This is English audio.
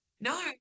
no